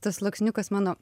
tas sluoksniukas mano